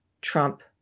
Trump